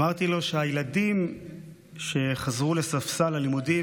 אמרתי לו שהילדים שחזרו לספסל הלימודים